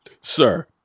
sir